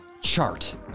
Chart